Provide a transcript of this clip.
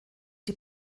die